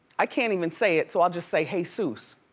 i can't even say it so i'll just say heyzeus.